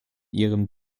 ihrem